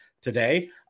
today